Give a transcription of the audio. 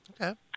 Okay